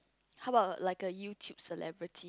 how about like a YouTube celebrity